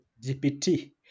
GPT